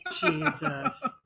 Jesus